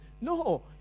No